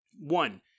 One